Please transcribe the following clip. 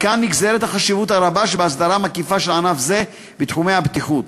מכאן נגזרת החשיבות הרבה שבהסדרה מקיפה של ענף זה בתחומי הבטיחות,